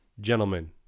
gentlemen